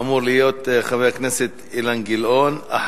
אמור להיות חבר הכנסת אילן גילאון.